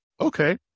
okay